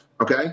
okay